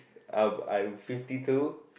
uh I'm fifty two